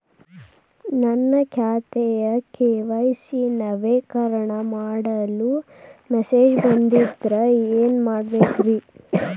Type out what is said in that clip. ನನ್ನ ಖಾತೆಯ ಕೆ.ವೈ.ಸಿ ನವೇಕರಣ ಮಾಡಲು ಮೆಸೇಜ್ ಬಂದದ್ರಿ ಏನ್ ಮಾಡ್ಬೇಕ್ರಿ?